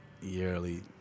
yearly